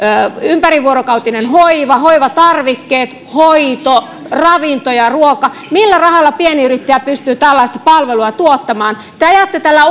ympärivuorokautinen hoiva hoivatarvikkeet hoito ravinto ja ruoka millä rahalla pienyrittäjä pystyy tällaista palvelua tuottamaan te ajatte tällä